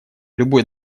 любой